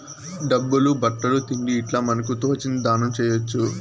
డబ్బులు బట్టలు తిండి ఇట్లా మనకు తోచింది దానం చేయొచ్చు